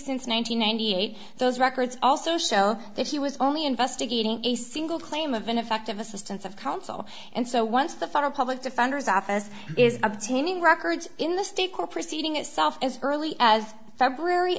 hundred eight those records also show that he was only investigating a single claim of ineffective assistance of counsel and so once the federal public defender's office is obtaining records in the state court proceeding itself as early as february